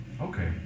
okay